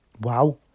Wow